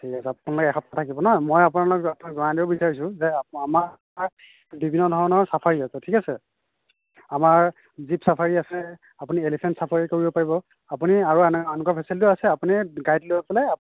ঠিক আছে আপোনালোকে এসপ্তাহ থাকিব ন মই আপোনালোকক এটা কথা জনাই দিব বিচাৰিছো যে আমাৰ বিভিন্ন ধৰণৰ চাফাৰি আছে ঠিক আছে আমাৰ জিপ চাফাৰি আছে আপুনি এলিফেন চাফাৰি কৰিব পাৰিব আপুনি আৰু আন এনেকুৱা ফেচেলিটিও আছে আপুনি গাইড লৈ পেলাই